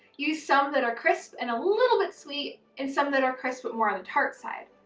use some that are crisp and a little bit sweet and some that are crisp more on the tart side.